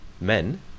men